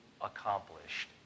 accomplished